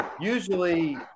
Usually